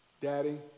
Daddy